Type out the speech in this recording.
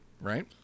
right